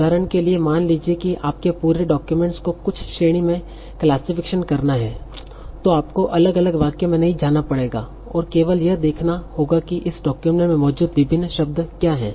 उदाहरण के लिए मान लीजिए की आपके पूरे डाक्यूमेंट्स को कुछ श्रेणी में क्लासिफिकेशन करना है तो आपको अलग अलग वाक्य में नहीं जाना पड़ेगा और केवल यह देखना होगा कि इस डाक्यूमेंट में मौजूद विभिन्न शब्द क्या हैं